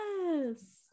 Yes